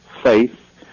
faith